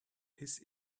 his